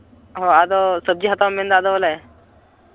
ᱦᱚᱸ ᱟᱫᱚ ᱥᱚᱵᱽᱡᱤ ᱦᱟᱛᱟᱣᱮᱢ ᱢᱮᱱᱫᱟ ᱟᱫᱚ ᱵᱚᱞᱮ